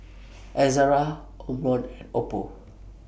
Ezerra Omron and Oppo